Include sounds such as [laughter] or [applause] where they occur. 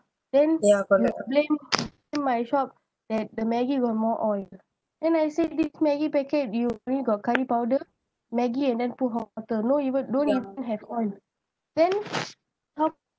then [noise] blame my shop that the maggie got more oil then I say this maggie packet they only got curry powder maggie and then put hot water no even [noise] don't even have oil then how